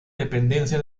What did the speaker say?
dependencia